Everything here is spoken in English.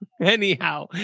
anyhow